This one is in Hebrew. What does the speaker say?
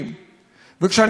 וכשאני אומר "אנחנו צריכים",